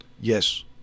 Yes